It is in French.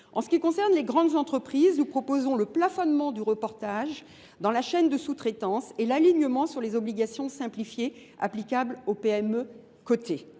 aujourd’hui. Pour les grandes entreprises, nous proposons un plafonnement du dans la chaîne de sous traitance et un alignement sur les obligations simplifiées applicables aux PME cotées.